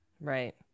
Right